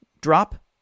drop